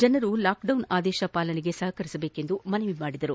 ಜನರು ಲಾಕ್ಡೌನ್ ಆದೇಶ ಪಾಲನೆಗೆ ಸಹಕರಿಸಬೇಕೆಂದು ಮನವಿ ಮಾಡಿದರು